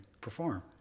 perform